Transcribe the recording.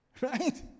right